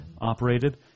operated